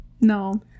No